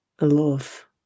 love